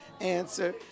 answer